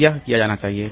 तो यह किया जाना चाहिए